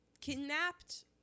kidnapped